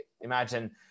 imagine